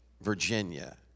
Virginia